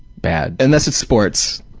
bad. unless it's sports,